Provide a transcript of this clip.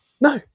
No